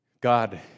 God